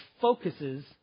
focuses